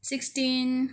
sixteen